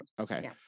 okay